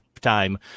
time